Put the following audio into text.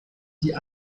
die